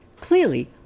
Clearly